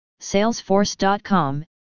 Salesforce.com